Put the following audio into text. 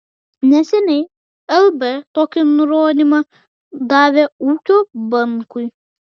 neseniai lb tokį nurodymą davė ūkio bankui